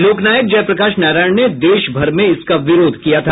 लोकनायक जयप्रकाश नारायण ने देश भर में इसका विरोध किया था